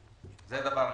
זה דבר אחד.